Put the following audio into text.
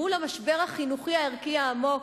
מול המשבר החינוכי-הערכי העמוק,